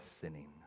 sinning